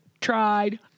tried